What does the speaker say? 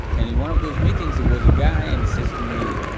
and in one of those meetings there was a guy and he says to me,